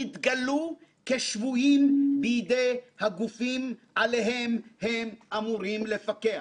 התגלו כשבויים בידי הגופים עליהם הם אמורים לפקח.